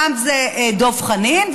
פעם זה דב חנין,